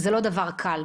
זה לא דבר קל.